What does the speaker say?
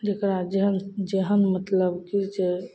जकरा जेहन जेहन मतलब छै से